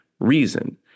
reason